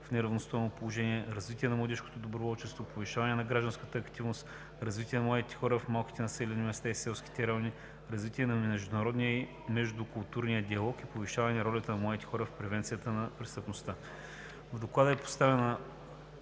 в неравностойно положение, развитие на младежкото доброволчество, повишаване на гражданската активност, развитие на младите хора в малките населени места и селските райони, развитие на международния и междукултурния диалог и повишаване на ролята на младите хора в превенцията на престъпността. В Доклада е представена